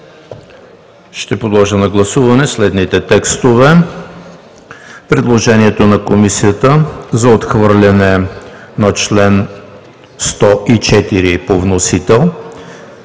Подлагам на гласуване следните текстове: предложението на Комисията за отхвърляне на чл. 104 по вносител